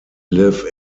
live